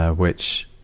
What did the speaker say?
which,